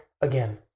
again